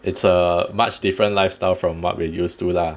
it's a much different lifestyle from what we're used to lah